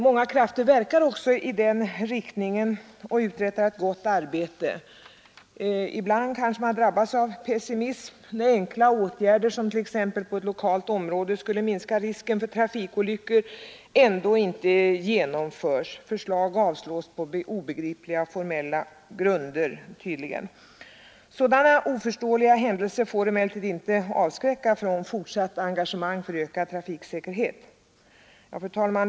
Många krafter verkar också i den riktningen, och ett gott arbete uträttas. Ibland kanske man drabbas av pessimism när enkla åtgärder som t.ex. i ett lokalt område skulle minska risken för trafikolyckor ändå inte genomförts. Förslag avslås på obegripliga formella grunder. Sådana oförståeliga händelser får emellertid inte avskräcka från fortsatt engagemang för ökad trafiksäkerhet. Fru talman!